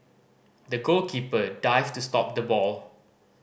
the goalkeeper dived to stop the ball